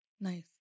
Nice